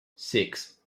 six